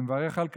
אני מברך על כך.